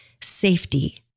safety